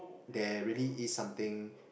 there really is something